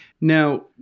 Now